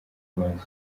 rwanda